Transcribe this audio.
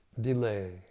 delay